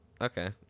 Okay